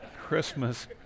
Christmas